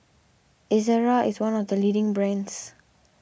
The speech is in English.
Ezerra is one of the leading brands